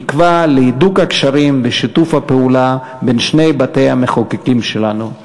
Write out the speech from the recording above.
בתקווה להידוק הקשרים ולשיתוף הפעולה בין שני בתי-המחוקקים שלנו.